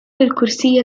الكرسي